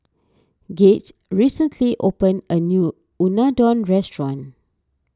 Gaige recently opened a new Unadon restaurant